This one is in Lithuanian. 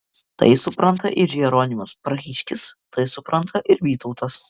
tai supranta ir jeronimas prahiškis tai supranta ir vytautas